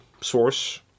source